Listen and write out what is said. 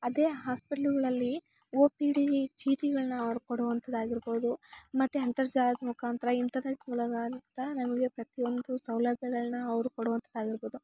ಅದೇ ಹಾಸ್ಪಿಟ್ಲುಗುಳಲ್ಲಿ O P D ಚೀತಿಗಳ್ನ ಅವ್ರು ಕೊಡುವಂಥದ್ದಾಗಿರ್ಬೋದು ಮತ್ತು ಅಂತರ್ಜಾಲದ ಮುಖಾಂತ್ರ ಇಂಟರ್ನೆಟ್ ಮೂಲಗಾಂತ ನಮಗೆ ಪ್ರತಿಯೊಂದು ಸೌಲಬ್ಯಗಳ್ನ ಅವರು ಕೊಡುವಂಥದ್ದಾಗಿರ್ಬೋದು